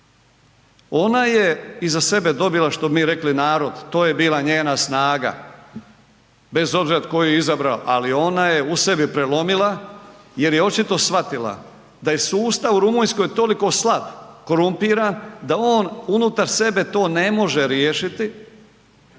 ona je iza sebe dobila što bi mi rekli, narod, to je bila njena snaga. Bez obzira tko ju je izabrao, ali ona je u sebi prelomila jer je očito shvatila da je sustav u Rumunjskoj toliko slab, korumpiran da on unutar sebe to ne može riješiti